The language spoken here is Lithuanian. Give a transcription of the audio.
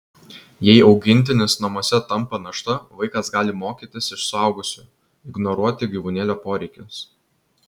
jei augintinis namuose tampa našta vaikas gali mokytis iš suaugusių ignoruoti gyvūnėlio poreikius